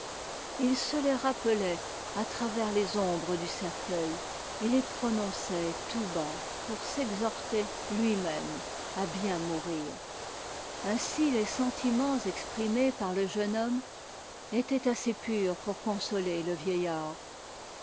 il se les rappelait à travers les ombres du cercueil et les prononçait tout bas pour s'exhorter luimême à bien mourir ainsi les sentiments exprimes par le jeune homme étaient assez purs pour consoler le vieillard